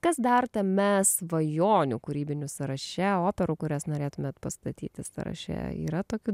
kas dar tame svajonių kūrybinių sąraše operų kurias norėtumėt pastatyti sąraše yra tokių